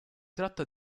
tratta